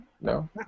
no